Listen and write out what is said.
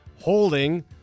holding